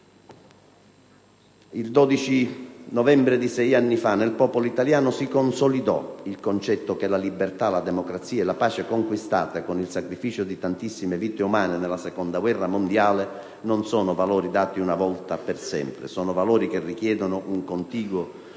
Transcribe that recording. Il 12 novembre di sei anni fa nel popolo italiano si consolidò il concetto che la libertà, la democrazia e la pace, conquistate con il sacrificio di tantissime vite umane nella Seconda guerra mondiale, non sono valori dati una volta per sempre; sono valori che richiedono un continuo